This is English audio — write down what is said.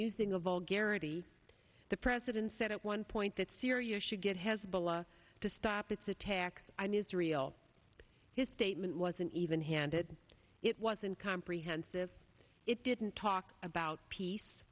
using a vul garrity the president said at one point that syria should get hezbollah to stop its attacks newsreel his statement was an even handed it wasn't comprehensive it didn't talk about peace